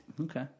okay